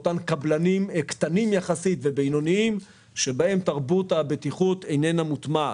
לאותם קבלנים קטנים ובינוניים שאצלם תרבות הבטיחות איננה מוטמעת.